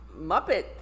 Muppet